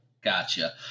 gotcha